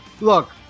Look